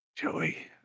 Joey